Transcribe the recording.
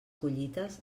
collites